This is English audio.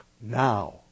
now